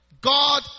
God